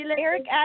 Eric